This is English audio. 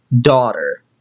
daughter